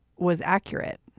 was accurate